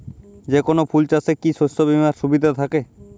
যেকোন ফুল চাষে কি শস্য বিমার সুবিধা থাকে?